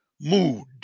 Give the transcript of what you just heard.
mood